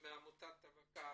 עם עמותת טבקה?